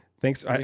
Thanks